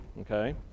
okay